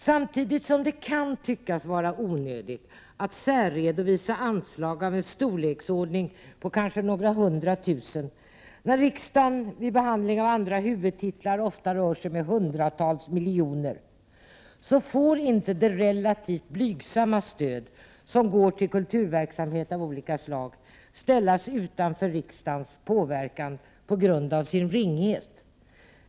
Samtidigt som det kan tyckas vara onödigt att särredovisa anslag av en storleksordning på några hundra tusen, när riksdagen vid behandlingen av andra huvudtitlar ofta rör sig med hundratals miljoner, får inte det relativt blygsamma stöd som går till kulturverksamhet av olika slag på grund av sin ringhet ställas utanför riksdagens påverkan.